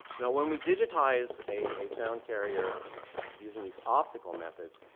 now when we digitize a sound carrier using these optical methods,